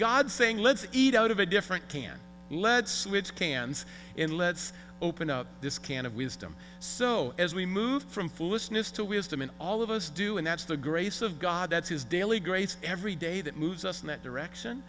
god saying let's eat out of a different can lead switch cans and let's open up this can of wisdom so as we move from foolishness to wisdom and all of us do and that's the grace of god that's his daily grace every day that moves us in that direction